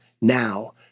Now